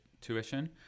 tuition